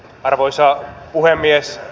arvoisa puhemies